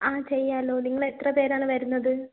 ആ ചെയ്യാല്ലോ നിങ്ങളെത്ര പേരാണ് വരുന്നത്